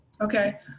Okay